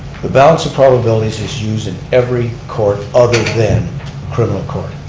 the balance of probabilities is used in every court other than criminal court.